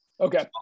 Okay